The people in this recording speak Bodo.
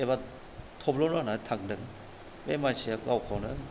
एबा थब्ल'नो होननानै थांदों बे मानसिया गावखौनो